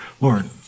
Lord